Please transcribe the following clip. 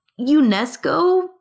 UNESCO